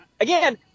Again